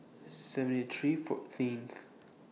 seventy three fourteenth